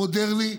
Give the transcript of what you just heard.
מודרני.